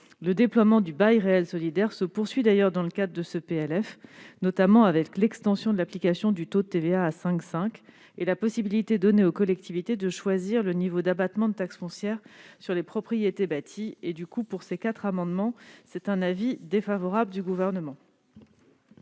Le déploiement du bail réel solidaire se poursuit d'ailleurs dans le cadre de ce PLF, avec notamment l'extension de l'application du taux de TVA à 5,5 % et la possibilité donnée aux collectivités de choisir le niveau d'abattement de taxe foncière sur les propriétés bâties. Avis défavorable sur ces quatre amendements identiques. Quel est l'avis du Gouvernement